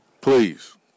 please